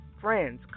friends